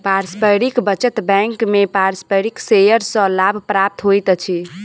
पारस्परिक बचत बैंक में पारस्परिक शेयर सॅ लाभ प्राप्त होइत अछि